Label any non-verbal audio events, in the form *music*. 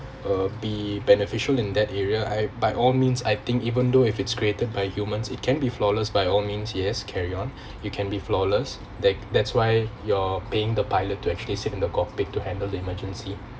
uh be beneficial in that area I by all means I think even though if it's created by humans it can be flawless by all means yes carry on *breath* you can be flawless that that's why you're paying the pilot to actually sit in the cockpit to handle the emergency